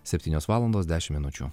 septynios valandos dešimt minučių